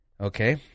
Okay